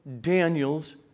Daniel's